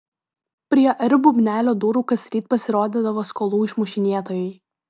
prie r bubnelio durų kasryt pasirodydavo skolų išmušinėtojai